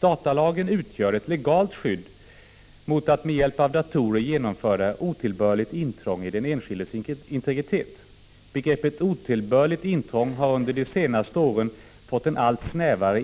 Datalagen utgör ett legalt skydd mot att med hjälp av datorer genomföra otillbörligt intrång i den enskildes integritet. Begreppet otillbörligt intrång har under de senaste åren fått en allt snävare